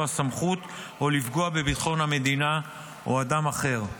הסמכות או לפגוע בביטחון המדינה או אדם אחר.